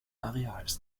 areals